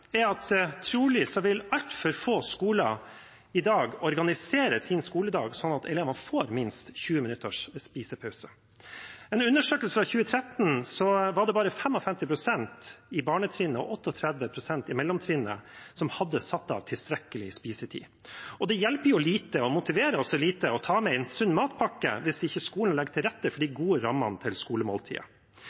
vil altfor få skoler i dag organisere sin skoledag slik at elevene får minst 20 minutters spisepause. En undersøkelse fra 2013 viste at det bare var 55 pst. på barnetrinnet og 38 pst. på mellomtrinnet som hadde satt av tilstrekkelig spisetid. Og det hjelper jo lite – og motiverer lite – å ta med en sunn matpakke hvis ikke skolen legger til rette for de gode rammene